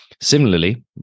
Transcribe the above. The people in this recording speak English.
Similarly